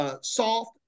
soft